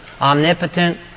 omnipotent